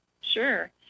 Sure